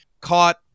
caught